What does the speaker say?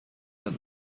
that